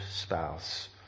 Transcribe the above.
spouse